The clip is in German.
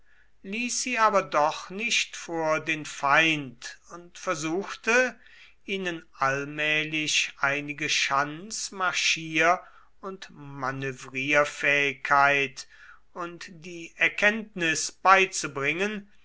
sie aber doch nicht vor den feind und versuchte ihnen allmählich einige schanz marschier und manövrierfähigkeit und die erkenntnis beizubringen